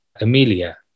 Amelia